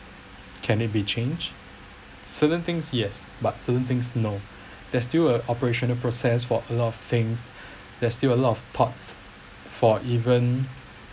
can it be change certain things yes but certain things no there're still a operational process for a lot of things there's still a lot of parts for even